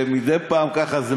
מדי פעם זה ככה,